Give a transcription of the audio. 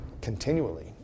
continually